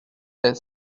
est